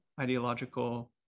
ideological